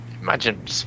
imagine